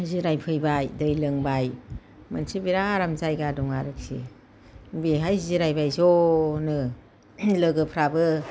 जिरायफैबाय दै लोंबाय मोनसे बिराद आराम जायगा दङ आरोखि बेहाय जिरायबाय ज'नो लोगोफ्राबो